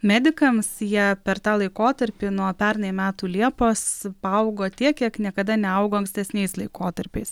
medikams jie per tą laikotarpį nuo pernai metų liepos paaugo tiek kiek niekada neaugo ankstesniais laikotarpiais